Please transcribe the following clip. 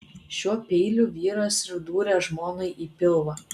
šiuo peiliu vyras ir dūrė žmonai į pilvą